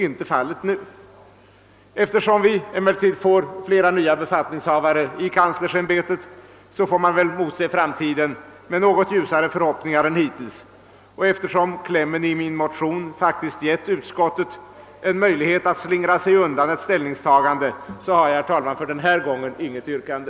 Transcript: Men eftersom vi får flera nya befattningshavare i kanslersämbetet får jag väl se framtiden an med något ljusare förhoppningar än hittills, och då klämmen i min motion faktiskt har givit utskottet en möjlighet att slingra sig undan ett ställningstagande har jag denna gång, herr talman, icke något yrkande.